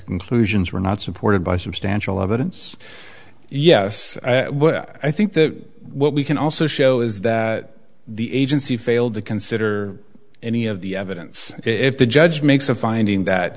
conclusions were not supported by substantial evidence yes i think that what we can also show is that the agency failed to consider any of the evidence if the judge makes a finding that